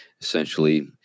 essentially